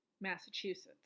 Massachusetts